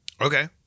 Okay